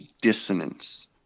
dissonance